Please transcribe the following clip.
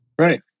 Right